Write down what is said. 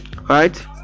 right